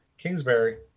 Kingsbury